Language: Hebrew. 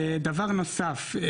דבר נוסף,